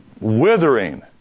withering